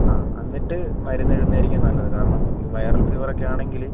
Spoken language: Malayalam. ആഹ് എന്നിട്ട് മരുന്ന് എഴുതുന്നത് ആയിരിക്കും നല്ലത് കാരണം ഈ വൈറൽ ഫീവർ ഒക്കെ ആണെങ്കിൽ